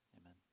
amen